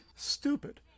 stupid